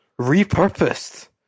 repurposed